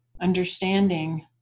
understanding